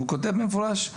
והוא כותב במפורש,